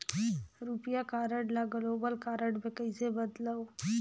रुपिया कारड ल global card मे कइसे बदलव?